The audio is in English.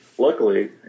Luckily